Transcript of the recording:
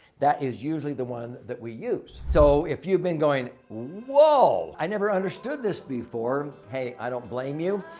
that is usually the one that we use. so, if you've been going, whoa! i never understood this before. hey, i don't blame you.